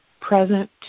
present